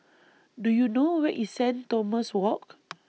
Do YOU know Where IS Saint Thomas Walk